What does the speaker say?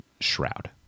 shroud